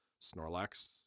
Snorlax